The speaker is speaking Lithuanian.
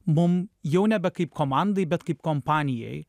mum jau nebe kaip komandai bet kaip kompanijai